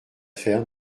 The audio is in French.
faire